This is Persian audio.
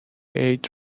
عید